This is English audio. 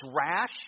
rash